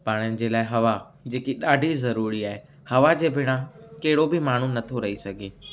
पाणनि जे लाइ हवा जेकी ॾाढी ज़रूरी आहे हवा जे बिना कहिड़ो बि माण्हू नथो रही सघे